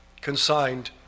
consigned